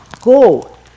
Go